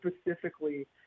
specifically